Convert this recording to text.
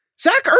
Zach